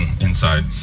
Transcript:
inside